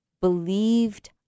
believed